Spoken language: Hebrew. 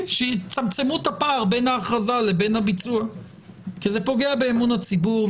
שיצמצמו את הפער בין ההכרזה לבין הביצוע כי זה פוגע באמון הציבור.